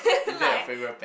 like